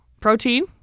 protein